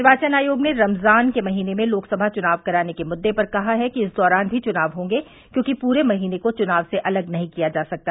निर्वाचन आयोग ने रमजान के महीने में लोकसभा चुनाव कराने के मुद्दे पर कहा है कि इस दौरान भी चुनाव होंगे क्योंकि पूरे महीने को चुनाव से अलग नहीं किया जा सकता